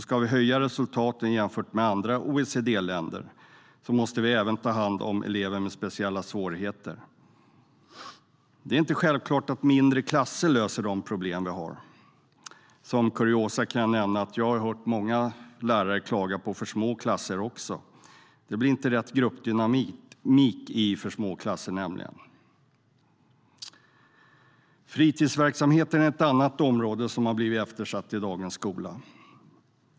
Ska vi höja resultaten jämfört med andra OECD-länder måste vi även ta hand om elever med speciella svårigheter. Det är inte självklart att mindre klasser löser de problem vi har. Som kuriosa kan jag nämna att jag har hört många lärare klaga på för små klasser också. Det blir nämligen inte rätt gruppdynamik i för små klasser. Fritidsverksamheten är ett annat område som har blivit eftersatt i dagens skola.